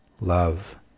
love